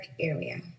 area